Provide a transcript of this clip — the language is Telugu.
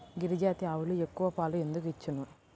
గిరిజాతి ఆవులు ఎక్కువ పాలు ఎందుకు ఇచ్చును?